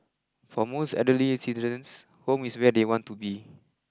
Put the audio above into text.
for most elderly citizens home is where they want to be